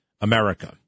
America